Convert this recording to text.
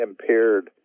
impaired